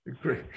Great